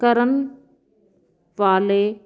ਕਰਨ ਵਾਲੇ